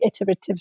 iterative